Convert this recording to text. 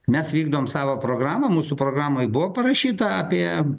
mes vykdom savo programą mūsų programoj buvo parašyta apie